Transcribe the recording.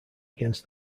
against